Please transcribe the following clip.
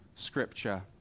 Scripture